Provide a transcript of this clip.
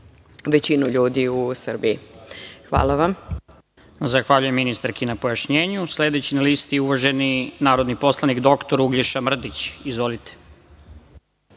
većinu ljudi u Srbiji. Hvala vam.